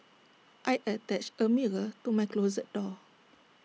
I attached A mirror to my closet door